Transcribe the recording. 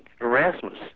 Erasmus